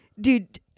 Dude